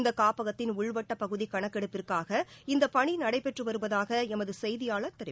இந்த காப்பகத்தின் உள்வட்டப் பகுதி கணக்கெடுப்பிற்காக இந்த பணி நடைபெற்று வருவதாக எமது செய்தியாளர் தெரிவிக்கிறார்